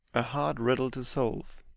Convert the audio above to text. a hard riddle to solve!